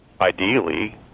ideally